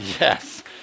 yes